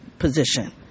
position